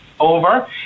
over